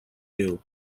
due